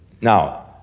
Now